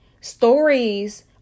Stories